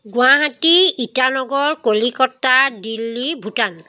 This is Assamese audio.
গুৱাহাটী ইটানগৰ কলিকতা দিল্লী ভূটান